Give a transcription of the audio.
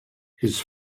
his